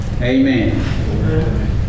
Amen